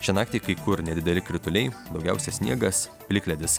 šią naktį kai kur nedideli krituliai daugiausia sniegas plikledis